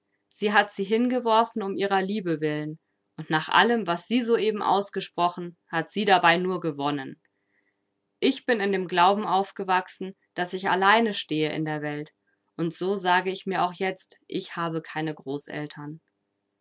sie hat sie hingeworfen um ihrer liebe willen und nach allem was sie soeben ausgesprochen hat sie dabei nur gewonnen ich bin in dem glauben aufgewachsen daß ich allein stehe in der welt und so sage ich mir auch jetzt ich habe keine großeltern